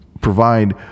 provide